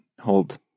hold